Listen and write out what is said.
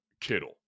Kittle